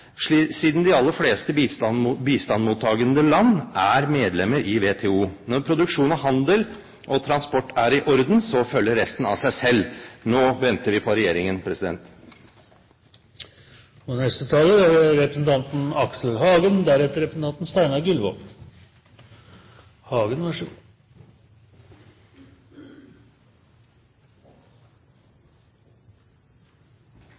arbeid, siden de aller fleste bistandsmottakende land er medlemmer i WTO. Når produksjon, handel og transport er i orden, følger resten av seg selv. Nå venter vi på regjeringen. På Facebook finnes det en gruppe som heter Framsnakking. Den er stor, og